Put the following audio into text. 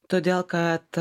todėl kad